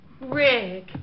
Rick